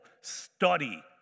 study